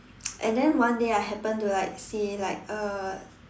and then one day I happen to like see like uh